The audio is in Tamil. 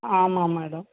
ஆமாம் மேடம்